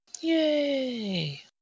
Yay